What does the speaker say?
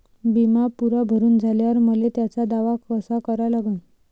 बिमा पुरा भरून झाल्यावर मले त्याचा दावा कसा करा लागन?